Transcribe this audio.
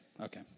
Okay